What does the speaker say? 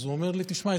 הוא אומר לי: שמע,